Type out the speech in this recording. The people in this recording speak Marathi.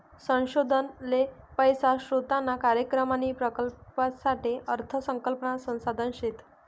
संशोधन ले पैसा स्रोतना कार्यक्रम आणि प्रकल्पसाठे अर्थ संकल्पना संसाधन शेत